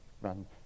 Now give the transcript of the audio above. run